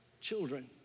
children